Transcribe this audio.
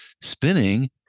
spinning